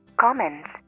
comments